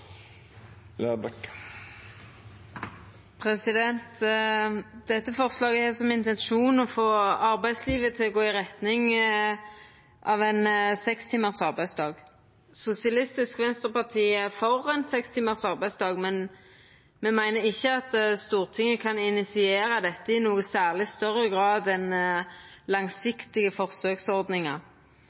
Dette forslaget har som intensjon å få arbeidslivet til å gå i retning av ein sekstimars arbeidsdag. Sosialistisk Venstreparti er for ein sekstimars arbeidsdag, men me meiner ikkje at Stortinget kan initiera dette i nokon særleg større grad enn ved langsiktige